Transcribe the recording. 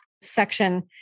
section